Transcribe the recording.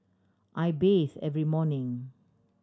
I bathe every morning